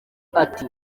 ati